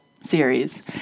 series